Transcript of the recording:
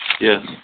Yes